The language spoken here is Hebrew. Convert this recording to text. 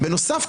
בנוסף,